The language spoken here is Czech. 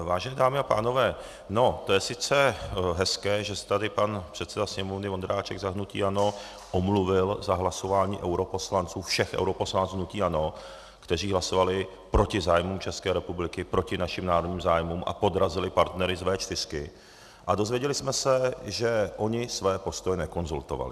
Vážené dámy a pánové, to je sice hezké, že se tady pan předseda Sněmovny Vondráček za hnutí ANO omluvil za hlasování europoslanců, všech europoslanců hnutí ANO, kteří hlasovali proti zájmům České republiky, proti našim národním zájmům a podrazili partnery z V4, a dozvěděli jsme se, že oni své postoje nekonzultovali.